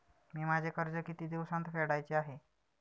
मी माझे कर्ज किती दिवसांत फेडायचे आहे?